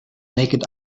naked